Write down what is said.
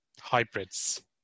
Hybrids